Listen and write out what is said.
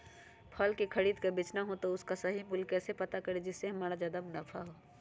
फल का खरीद का बेचना हो तो उसका सही मूल्य कैसे पता करें जिससे हमारा ज्याद मुनाफा हो?